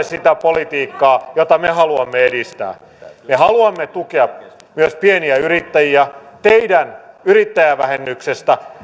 sitä politiikkaa jota me haluamme edistää me haluamme tukea myös pieniä yrittäjiä teidän yrittäjävähennyksestänne